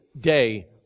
day